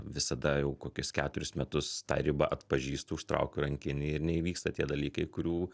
visada jau kokius keturis metus tą ribą atpažįstu užtraukiu rankinį ir neįvyksta tie dalykai kurių